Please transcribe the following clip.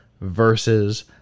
versus